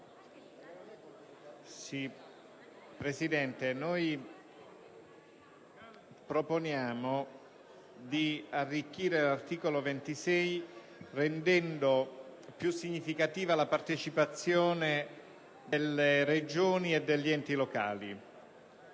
Presidente, noi proponiamo di arricchire l'articolo 26 rendendo più significativa la partecipazione delle Regioni e degli enti locali.